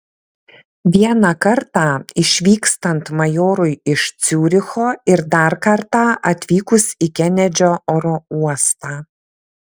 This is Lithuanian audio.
vieną kartą išvykstant majorui iš ciuricho ir dar kartą atvykus į kenedžio oro uostą